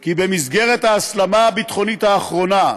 כי במסגרת ההסלמה הביטחונית האחרונה,